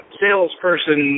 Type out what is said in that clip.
salesperson